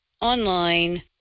online